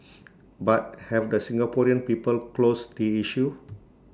but have the Singaporean people closed the issue